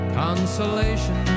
consolation